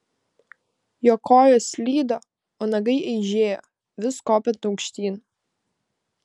jo kojos slydo o nagai eižėjo vis kopiant aukštyn